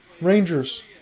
Rangers